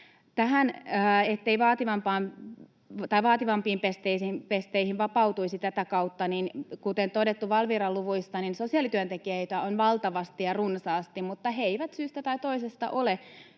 Tähän, ettei vaativampiin pesteihin vapautuisi tätä kautta: kuten todettu Valviran luvuista, sosiaalityöntekijöitä on valtavasti ja runsaasti mutta he eivät syystä tai toisesta ole